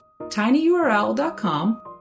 tinyurl.com